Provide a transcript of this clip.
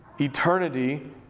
eternity